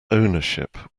ownership